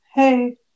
Hey